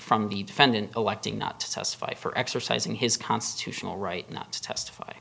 from the defendant electing not to testify for exercising his constitutional right not to testify